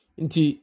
inti